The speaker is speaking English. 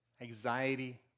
Anxiety